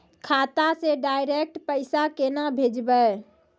खाता से डायरेक्ट पैसा केना भेजबै?